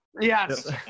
Yes